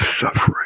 suffering